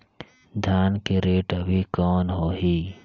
धान के रेट अभी कौन होही?